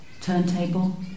turntable